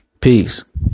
peace